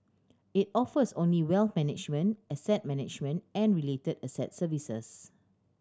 it offers only wealth management asset management and related asset services